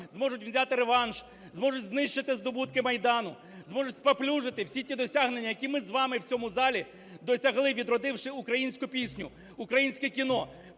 зможуть взяти реванш, зможуть знищити здобутки Майдану, зможуть спаплюжити всі ті досягнення, які ми з вами в цьому залі досягли, відродивши українську пісню, українське кіно,